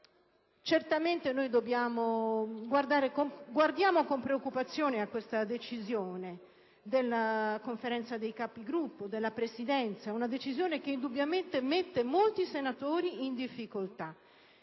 altro luogo. Guardiamo con preoccupazione alla decisione della Conferenza dei Capigruppo e della Presidenza, una decisione che indubbiamente mette molti senatori in difficoltà.